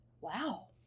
Wow